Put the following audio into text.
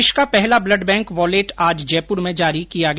देश का पहला ब्लड बैंक वॉलेट आज जयपुर में जारी किया गया